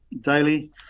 daily